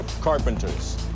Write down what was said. carpenters